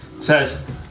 says